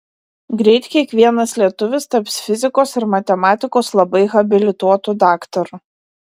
greit kiekvienas lietuvis taps fizikos ir matematikos labai habilituotu daktaru